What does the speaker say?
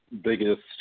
biggest